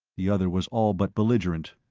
the other was all but belligerent.